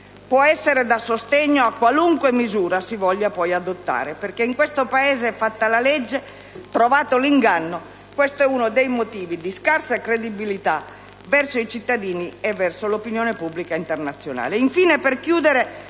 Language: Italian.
può essere da sostegno a qualunque misura si voglia poi adottare, perché, in questo Paese, "fatta la legge, trovato l'inganno", e questo è uno dei motivi di scarsa credibilità verso i cittadini e verso l'opinione pubblica internazionale.